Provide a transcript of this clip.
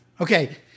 Okay